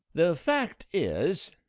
the fact is,